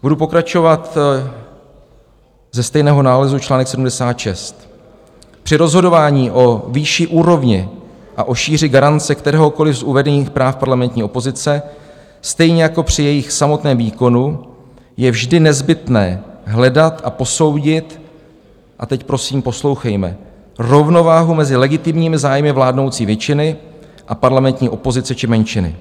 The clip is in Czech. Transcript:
Budu pokračovat ze stejného nálezu článek 76: Při rozhodování o výši úrovně a o šíři garance kteréhokoliv z uvedených práv parlamentní opozice, stejně jako při jejich samotném výkonu, je vždy nezbytné hledat a posoudit a teď prosím poslouchejme rovnováhu mezi legitimními zájmy vládnoucí většiny a parlamentní opozice či menšiny.